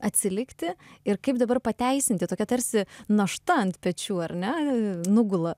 atsilikti ir kaip dabar pateisinti tokia tarsi našta ant pečių ar ne nugula